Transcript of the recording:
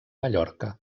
mallorca